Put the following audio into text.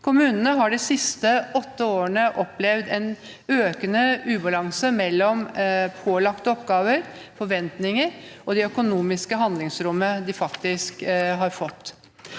Kommunene har de siste åtte årene opplevd en økende ubalanse mellom pålagte oppgaver, forventninger og det økonomiske handlingsrommet de faktisk har fått.